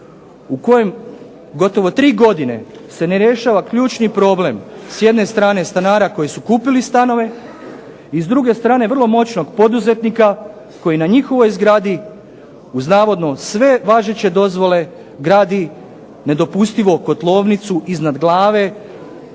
u kojem gotovo 3 godine se ne rješava ključni problem s jedne strane stanara koji su kupili stanove i s druge strane vrlo moćnog poduzetnika koji je na njihovoj zgradi uz navodno sve važeće dozvole nedopustivo kotlovnicu iznad glave,